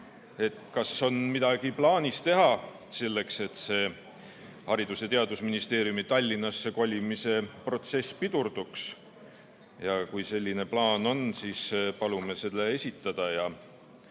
kas on midagi plaanis teha selleks, et Haridus- ja Teadusministeeriumi Tallinnasse kolimise protsess pidurduks. Ja kui selline plaan on, siis palume selle esitada.